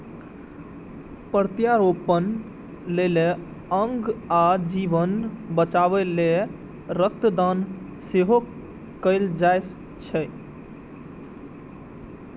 प्रत्यारोपण लेल अंग आ जीवन बचाबै लेल रक्त दान सेहो कैल जाइ छै